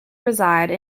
reside